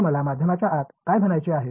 तर मला माध्यमच्या आत काय म्हणायचे आहे